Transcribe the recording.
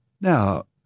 Now